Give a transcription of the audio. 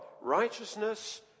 Righteousness